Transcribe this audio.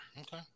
Okay